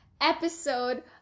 episode